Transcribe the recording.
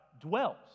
dwells